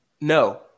No